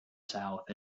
south